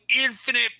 infinite